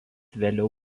vėliau